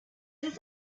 ist